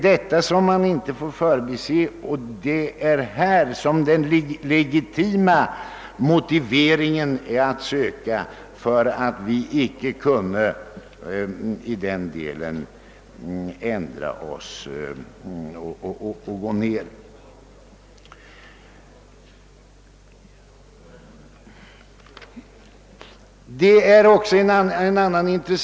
Detta får man inte förbise, och däri får man söka den legitima motiveringen för att vi i denna del icke kunde ändra oss och gå med på en lägre försvarskostnad.